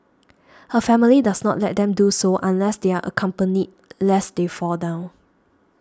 her family does not let them do so unless they are accompanied lest they fall down